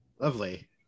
Lovely